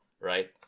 right